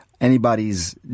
anybody's